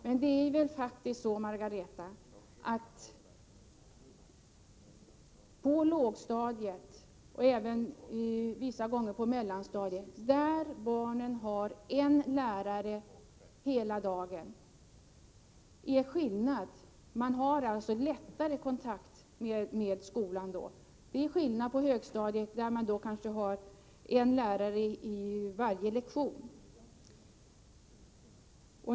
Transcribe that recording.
Men det är väl så, Margareta Persson, att på lågstadiet och i vissa fall även på mellanstadiet har barnen en lärare hela dagen, och då är det lättare att ha kontakt med skolan. På högstadiet har man kanske olika lärare varje lektion.